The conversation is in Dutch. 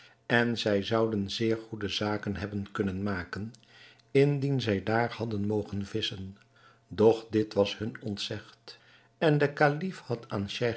en zij zouden goede zaken hebben kunnen maken indien zij daar hadden mogen visschen doch dit was hun ontzegd en de kalif had aan